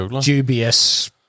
dubious